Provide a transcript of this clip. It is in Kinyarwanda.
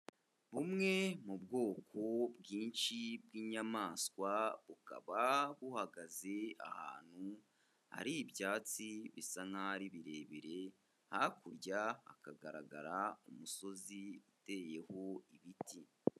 Bumwe mu bwoko bwinshi bw'inyamaswa bukaba buhagaze ahantu hari ibyatsi bisa nkaho ari birebire, hakurya hakagaragara umusozi uteyeho ibiti.